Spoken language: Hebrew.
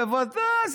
בוודאי,